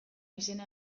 izena